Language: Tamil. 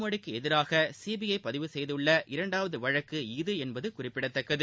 மோடிக்கு எதிராக சிபிஐ பதிவு செய்துள்ள நீரவ் இரண்டாவது வழக்கு இது என்பது குறிப்பிடத்தக்கது